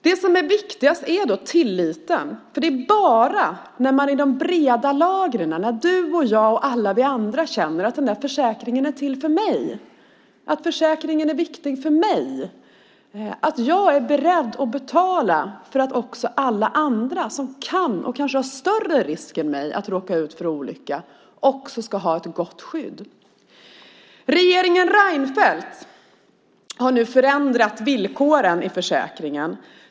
Det som är viktigast är tilliten, för det är bara när vi i de breda befolkningslagren - du och jag och alla andra - känner att försäkringen är till för oss och att vi själva är beredda att betala för att andra som kanske löper större risker än vi själva också ska ha ett gott skydd. Regeringen Reinfeldt har nu förändrat villkoren i försäkringen.